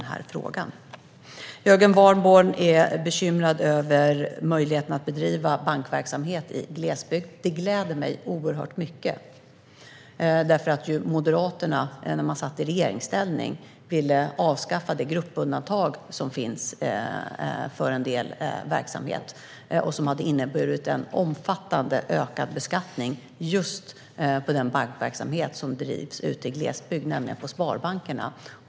Jörgen Warborn är bekymrad över möjligheterna att bedriva bankverksamhet i glesbygd. Det gläder mig oerhört mycket. När Moderaterna satt i regeringsställning ville de nämligen avskaffa det gruppundantag som finns för en del verksamheter. Det hade inneburit en omfattande ökad beskattning just för bankverksamhet som drivs ute i glesbygd, nämligen på sparbankerna.